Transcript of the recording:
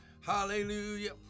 Hallelujah